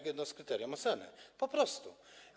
To jedno z kryterium oceny, po prostu.